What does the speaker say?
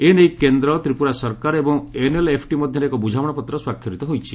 ଏ ନେଇ କେନ୍ଦ୍ର ତ୍ରିପୁରା ସରକାର ଏବଂ ଏନ୍ଏଲ୍ଏଫ୍ଟି ମଧ୍ୟରେ ଏକ ବୁଝାମଣାପତ୍ର ସ୍ୱାକ୍ଷରିତ ହୋଇଛି